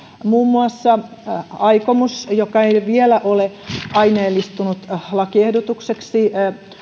muun muassa aikomus joka ei vielä ole aineellistunut lakiehdotukseksi